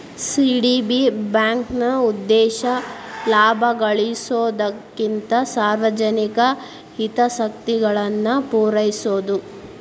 CDB ಬ್ಯಾಂಕ್ನ ಉದ್ದೇಶ ಲಾಭ ಗಳಿಸೊದಕ್ಕಿಂತ ಸಾರ್ವಜನಿಕ ಹಿತಾಸಕ್ತಿಗಳನ್ನ ಪೂರೈಸೊದು